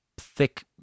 thick